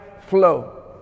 flow